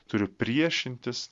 turiu priešintis